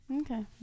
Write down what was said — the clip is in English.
Okay